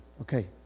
Okay